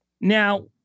Now